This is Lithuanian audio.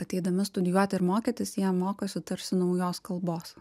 ateidami studijuoti ir mokytis jie mokosi tarsi naujos kalbos